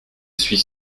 suis